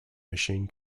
machine